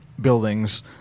buildings